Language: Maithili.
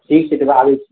ठीक छै तऽ आबै छी